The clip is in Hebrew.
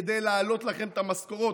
כדי להעלות לכם את המשכורות.